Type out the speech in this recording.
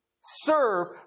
serve